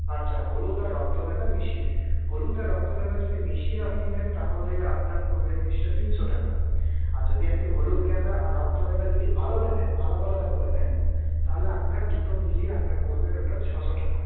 আচ্ছা হলুদ আর রক্তগেঁদা মিশিয়ে হলুদ আর রক্তগেঁদা যদি মিশিয়ে আপনি নেন তাহলে আপনার পড়বে জিনিসটা তিনশো টাকা আর যদি আপনি হলুদ গেঁদা আর রক্তগেঁদা যদি আলাদা নেন আলাদা আলাদা করে নেন তাহলে আপনার দুটো মিলিয়ে আপনার পড়বে টোটাল ছশো টাকা